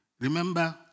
Remember